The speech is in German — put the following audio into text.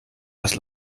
das